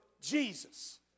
Jesus